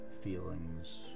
feelings